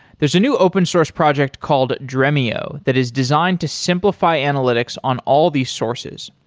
there's a new open source project called dremio that is designed to simplify analytics on all these sources.